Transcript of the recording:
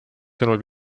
sõnul